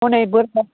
हनै बोरमा